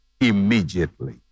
immediately